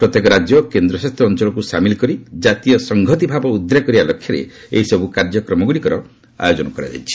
ପ୍ରତ୍ୟେକ ରାଜ୍ୟ ଓ କେନ୍ଦ୍ରଶାସିତ ଅଞ୍ଚଳକୁ ସାମିଲ୍ କରି କାତୀୟ ସଂହତି ଭାବ ଉଦ୍ରେକ କରିବା ଲକ୍ଷ୍ୟରେ ଏହିସବୁ କାର୍ଯ୍ୟକ୍ରମଗୁଡ଼ିକର ଆୟୋଜନ କରାଯାଇଛି